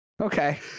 Okay